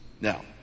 Now